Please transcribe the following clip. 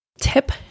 Tip